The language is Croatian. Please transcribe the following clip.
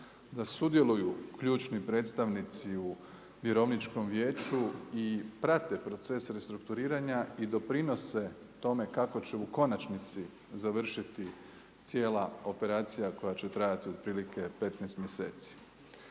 da sudjeluju ključni predstavnici u vjerovničkom vijeću i prate proces restrukturiranja i doprinose tome kako će u konačnici završiti cijela operacija koja će trajati otprilike 15 mjeseci.